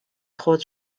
خود